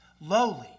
lowly